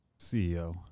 CEO